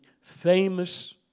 famous